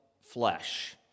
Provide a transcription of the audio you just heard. flesh